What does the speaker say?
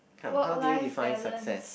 come how do you define success